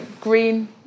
green